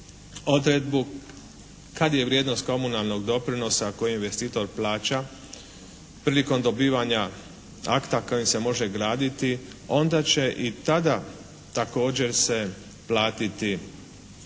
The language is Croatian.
odredbu kad je vrijednost komunalnog doprinosa koji investitor plaća prilikom dobivanja akta kojim se može graditi, onda će i tada također se platiti